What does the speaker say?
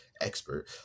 expert